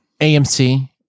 AMC